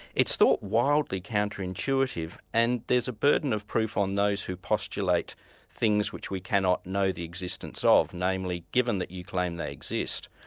it's thought wildly counter-intuitive, and there's a burden of proof on those who postulate things which we cannot know the existence ah of, namely, given that you claim they exist,